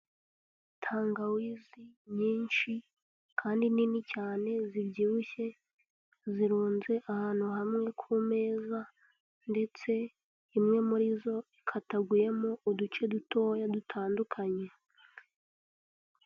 Tangawizi nyinshi kandi nini cyane zibyibushye, zirunze ahantu hamwe ku meza ndetse imwe muri zo ikataguyemo uduce dutoya dutandukanye.